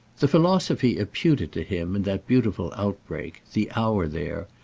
the philosophy imputed to him in that beautiful outbreak, the hour there,